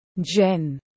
Jen